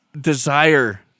desire